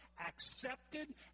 accepted